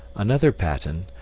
another paten,